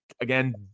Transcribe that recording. Again